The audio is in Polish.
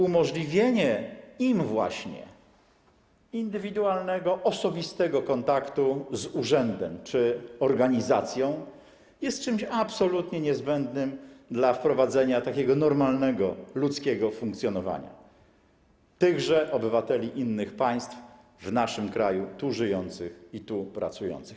Umożliwienie im właśnie indywidualnego, osobistego kontaktu z urzędem czy z organizacją jest czymś absolutnie niezbędnym dla wprowadzenia takiego normalnego, ludzkiego funkcjonowania tychże obywateli innych państw w naszym kraju, tu żyjących i pracujących.